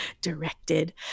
directed